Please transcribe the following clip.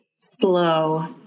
slow